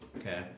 okay